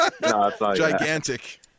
gigantic